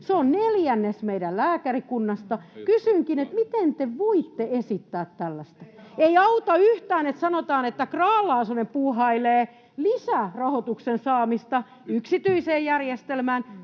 Se on neljännes meidän lääkärikunnasta. Kysynkin: miten te voitte esittää tällaista? Ei auta yhtään, että sanotaan, että Grahn-Laasonen puuhailee lisärahoituksen saamista yksityiseen järjestelmään.